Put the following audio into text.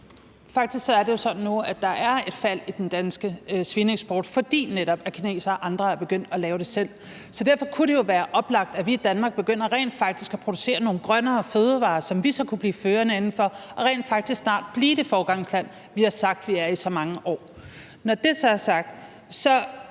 Faktisk er det jo sådan nu, at der er et fald i den danske svineeksport, fordi netop kinesere og andre er begyndt at lave det selv. Derfor kunne det jo være oplagt, at vi i Danmark rent faktisk begynder at producere nogle grønnere fødevarer, som vi så kunne blive førende indenfor, og rent faktisk snart blive det foregangsland, vi har sagt vi er i så mange år. Når det så er sagt, er